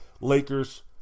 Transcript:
Lakers